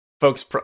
folks